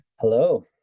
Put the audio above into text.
Hello